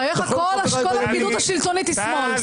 בחייך, כל הפקידות השלטונית היא שמאל.